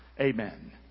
Amen